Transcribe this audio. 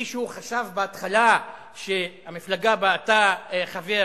מישהו חשב בהתחלה שהמפלגה שבה אתה חבר